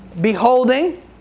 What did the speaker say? beholding